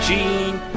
Gene